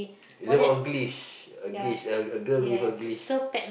it's about a glitch a glitch a a girl with a glitch